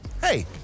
hey